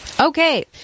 Okay